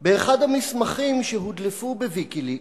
באחד המסמכים שהודלפו ב"ויקיליקס",